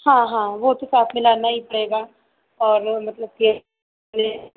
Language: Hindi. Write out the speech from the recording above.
हाँ हाँ वो तो साथ में लाना ही पड़ेगा और मतलब कि ये